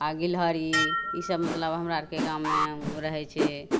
आओर गिलहरी इसब मतलब हमरा आरके गाममे रहय छै